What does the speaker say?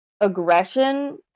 aggression